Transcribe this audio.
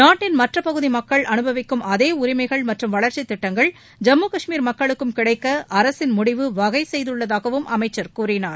நாட்டின் மற்றப்பகுதி மக்கள் அனுபவிக்கும் அதே உரிமைகள் மற்றும் வளர்ச்சித் திட்டங்கள் ஜம்மு காஷ்மீர் மக்களுக்கும் கிடைக்க அரசின் முடிவு வகை செய்துள்ளதாகவும் அமைச்சர் கூறினார்